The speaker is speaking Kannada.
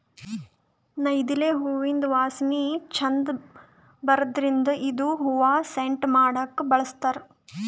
ನೈದಿಲೆ ಹೂವಿಂದ್ ವಾಸನಿ ಛಂದ್ ಬರದ್ರಿನ್ದ್ ಇದು ಹೂವಾ ಸೆಂಟ್ ಮಾಡಕ್ಕ್ ಬಳಸ್ತಾರ್